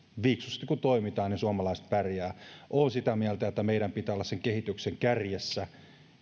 fiksusti kun toimitaan niin suomalaiset pärjäävät olen sitä mieltä että meidän pitää olla sen kehityksen kärjessä